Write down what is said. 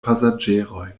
pasaĝerojn